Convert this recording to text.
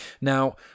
now